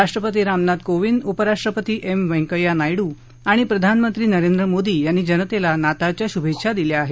राष्ट्रपती रामनाथ कोविंद उपराष्ट्रपती एम व्यंकय्या नायडू आणि प्रधानमंत्री नरेन्द्र मोदी यांनी जनतेला नाताळच्या शुभेच्छा दिल्या आहेत